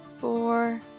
four